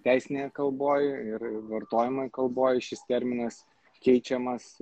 teisinėje kalboj ir vartojamoj kalboj šis terminas keičiamas